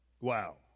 Wow